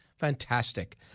Fantastic